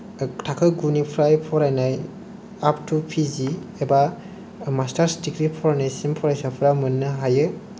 थाखो गुनिफ्राय फरायनाय आप टु पि जि एबा मास्टार्स डिग्री फरायनायसिम फरायसाफोरा मोननो हायो